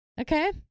okay